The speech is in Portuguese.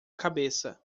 cabeça